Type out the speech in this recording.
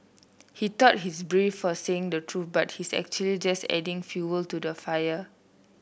he thought he's brave for saying the truth but he's actually just adding fuel to the fire